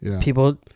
people